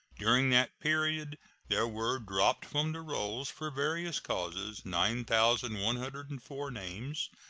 during that period there were dropped from the rolls, for various causes, nine thousand one hundred and four names,